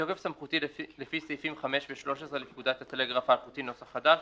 בתוקף סמכותי לפי סעיפים 5 ו-13 לפקודת הטלגרף האלחוטי [נוסח חדש],